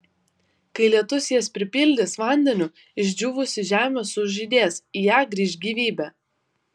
kai lietus jas pripildys vandeniu išdžiūvusi žemė sužydės į ją grįš gyvybė